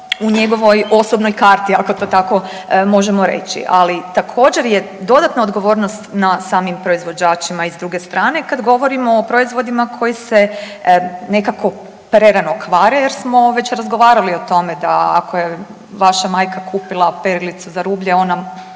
u njegovoj osobnoj karti, ako to tako možemo reći, ali također je dodatna odgovornost na samim proizvođačima. I s druge strane kad govorimo o proizvodima koji se nekako prerano kvare jer smo već razgovarali o tome da ako je vaša majka kupila perilicu za rublje ona